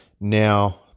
now